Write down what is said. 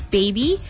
baby